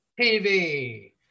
TV